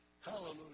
Hallelujah